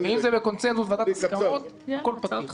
אם זה בקונצנזוס, ועדת הסכמות הכול פתיר.